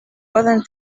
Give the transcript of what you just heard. poden